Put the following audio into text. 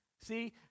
See